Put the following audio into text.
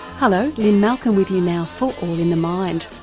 hello, lynne malcolm with you now for all in the mind.